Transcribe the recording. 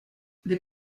des